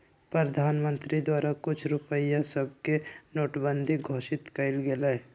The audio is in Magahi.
प्रधानमंत्री द्वारा कुछ रुपइया सभके नोटबन्दि घोषित कएल गेलइ